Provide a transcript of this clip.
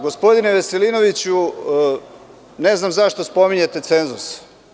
Gospodine Veselinoviću, ne znam zašto spominjete cenzus.